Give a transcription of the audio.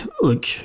Look